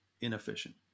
inefficient